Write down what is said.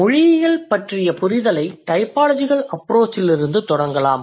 மொழியியல் பற்றிய புரிதலை டைபாலஜிகல் அப்ரோச்சிலிருந்து தொடங்கலாம்